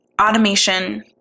automation